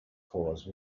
cause